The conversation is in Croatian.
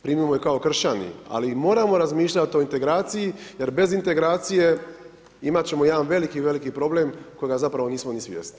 Primimo ih kao kršćanin, ali moramo razmišljati o integraciji, jer bez integracije, imati ćemo jedna veliki, veliki problem, kojega zapravo nismo ni svjesni.